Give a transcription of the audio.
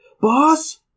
boss